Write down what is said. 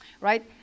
right